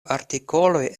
artikoloj